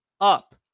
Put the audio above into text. up